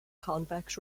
convex